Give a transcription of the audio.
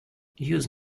use